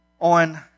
on